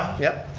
yep.